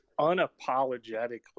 unapologetically